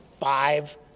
five